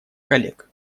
коллег